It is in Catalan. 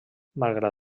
malgrat